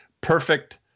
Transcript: perfect